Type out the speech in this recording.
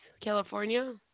California